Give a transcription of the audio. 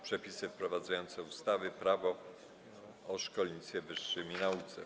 Przepisy wprowadzające ustawę Prawo o szkolnictwie wyższym i nauce.